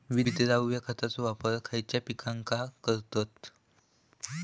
विद्राव्य खताचो वापर खयच्या पिकांका करतत?